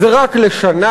זה רק לשנה,